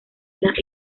las